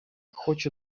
хочу